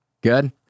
Good